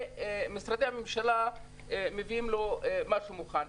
ומשרדי הממשלה מביאים לו משהו מוכן.